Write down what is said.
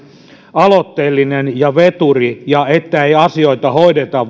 aloitteellinen ja veturi ja että asioita ei hoideta